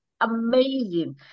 amazing